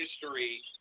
history